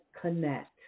connect